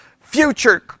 future